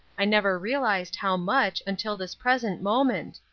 i never realized how much, until this present moment.